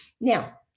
Now